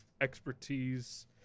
expertise